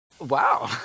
Wow